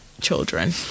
children